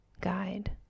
guide